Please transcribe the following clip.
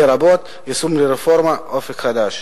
לרבות יישום רפורמת "אופק חדש".